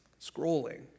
scrolling